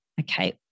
okay